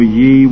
ye